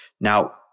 Now